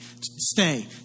stay